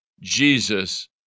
Jesus